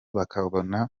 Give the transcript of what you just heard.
bakabona